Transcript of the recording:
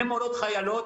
ממורות חיילות